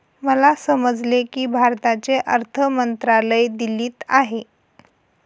मला समजले की भारताचे अर्थ मंत्रालय दिल्लीत आहे